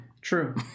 True